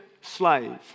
slave